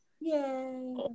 Yay